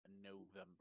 November